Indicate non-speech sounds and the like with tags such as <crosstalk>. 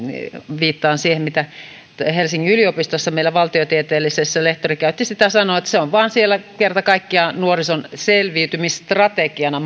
viittaan siihen mitä sanaa helsingin yliopistossa meillä valtiotieteellisessä lehtori käytti se maastamuutto on siellä vain kerta kaikkiaan nuorison selviytymisstrategiana <unintelligible>